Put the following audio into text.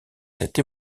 cette